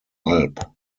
alb